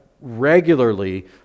regularly